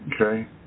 okay